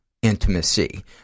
intimacy